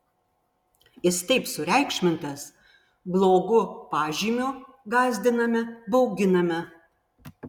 jis taip sureikšmintas blogu pažymiu gąsdiname bauginame